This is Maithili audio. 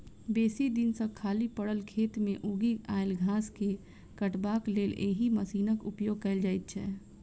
बेसी दिन सॅ खाली पड़ल खेत मे उगि आयल घास के काटबाक लेल एहि मशीनक उपयोग कयल जाइत छै